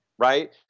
right